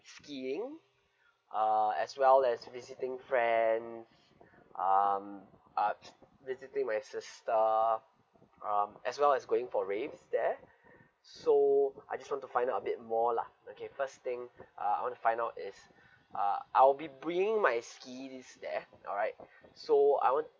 skiing uh as well as visiting friends um uh visiting my sister um as well as going for race there so I just want to find a bit more lah okay first thing uh I want to find out is uh I'll be bringing my skis there alright so I want